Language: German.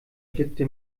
blickte